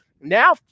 now